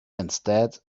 instead